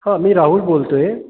हां मी राहुल बोलत आहे